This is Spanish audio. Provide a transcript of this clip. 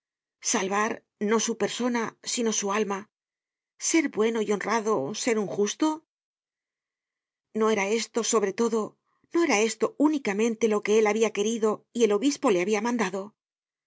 salvar no su persona sino su alma ser bueno y honrado ser un justo no era esto sobre todo no era esto únicamente lo que él habia querido y el obispo le habia mandado